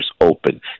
open